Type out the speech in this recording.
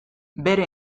bere